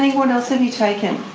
what else have you taken?